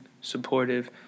supportive